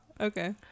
Okay